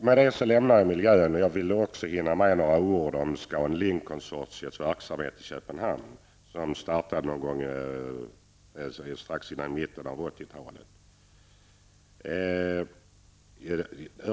Med detta lämnar jag miljön, eftersom jag också vill hinna säga några ord om Scan Link-konsortiets verksamhet i Köpenhamn, som startades strax före mitten av 80-talet.